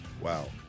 Wow